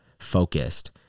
Focused